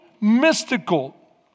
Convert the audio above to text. mystical